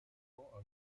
enfant